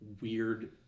weird